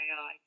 ai